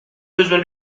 besoin